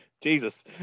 Jesus